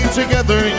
together